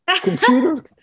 Computer